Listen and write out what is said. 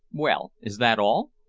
well, is that all?